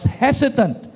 hesitant